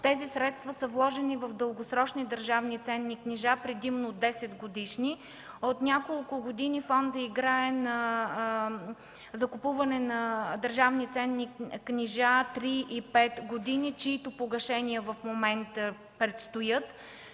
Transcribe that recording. Тези средства са вложени в дългосрочни държавни ценните книжа, предимно десетгодишни. От няколко години фондът играе на закупуване на държавни ценни книжа – три и пет години, чиито погашения в момента предстоят.